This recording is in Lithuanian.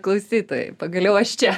klausytojai pagaliau aš čia